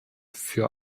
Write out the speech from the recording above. für